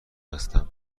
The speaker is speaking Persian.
هستم